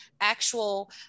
actual